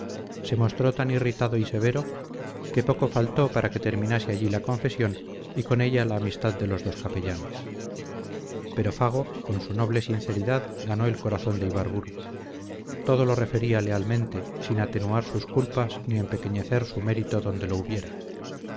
se mostró tan irritado y severo que poco faltó para que terminase allí la confesión y con ella la amistad de los dos capellanes pero fago con su noble sinceridad ganó el corazón de ibarburu todo lo refería lealmente sin atenuar sus culpas ni empequeñecer su mérito donde lo hubiera